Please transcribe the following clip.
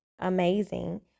Amazing